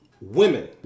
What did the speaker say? women